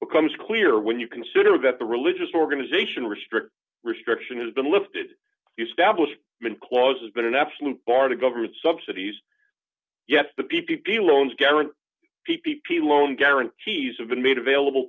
becomes clear when you consider that the religious organization restrict restriction has been lifted established in clauses been an absolute bar to government subsidies yet the p p p loans guarantee p p p loan guarantees have been made available